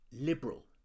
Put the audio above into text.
liberal